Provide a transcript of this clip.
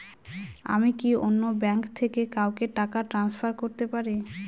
আমি কি অন্য ব্যাঙ্ক থেকে কাউকে টাকা ট্রান্সফার করতে পারি?